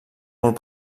molt